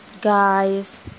guys